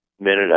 minute